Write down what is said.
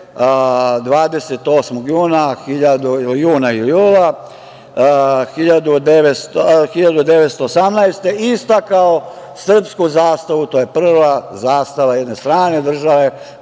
28. juna ili jula 1918. godine istakao srpsku zastavu, a to je prva zastava jedne strane države,